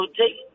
take